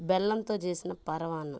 బెల్లంతో చేసిన పరవాన్నం